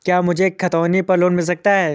क्या मुझे खतौनी पर लोन मिल सकता है?